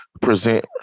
present